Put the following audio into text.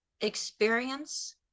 experience